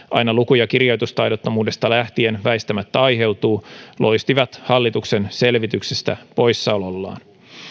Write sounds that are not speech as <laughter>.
<unintelligible> aina luku ja kirjoitustaidottomuudesta lähtien väistämättä aiheutuu loistivat hallituksen selvityksestä poissaolollaan